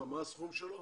מה הסכום שלו?